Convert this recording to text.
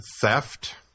theft